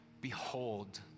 Behold